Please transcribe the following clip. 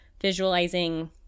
visualizing